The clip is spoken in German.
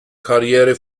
karriere